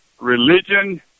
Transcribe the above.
religion